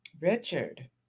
Richard